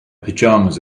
pajamas